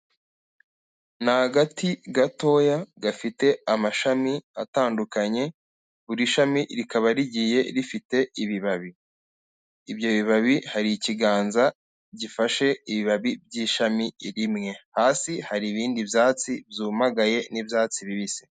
Ni agati gatoya gafite amashami atandukanye, buri shami rikaba rigiye rifite ibibabi, ibyo bibabi hari ikiganza gifashe ibibabi by'ishami rimwe, hasi hari ibindi byatsi byuyumagaye n'ibyatsi bibisi.